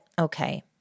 okay